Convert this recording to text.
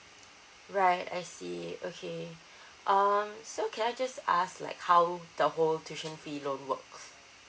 right I see okay um so can I just ask like how the whole tuition fee loan works